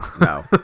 no